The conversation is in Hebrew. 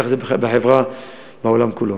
ככה זה בחברה בעולם כולו.